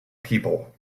people